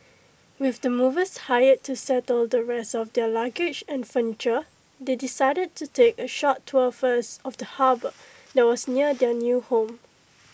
with the movers hired to settle the rest of their luggage and furniture they decided to take A short tour first of the harbour that was near their new home